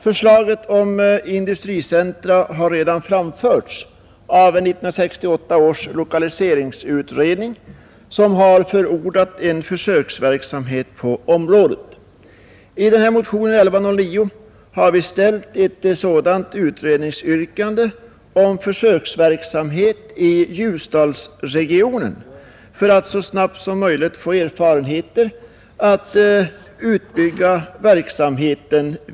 Förslaget om industricentra har redan framförts av 1968 års lokaliseringsutredning, som har förordat försöksverksamhet på området. I motionen 1109 har vi ställt ett yrkande om sådan försöksverksamhet i Ljusdalsregionen för att så snabbt som möjligt få erfarenheter för vidare utbyggande av verksamheten.